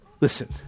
Listen